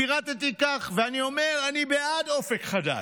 פירטתי כך ואני אומר: אני בעד אופק חדש,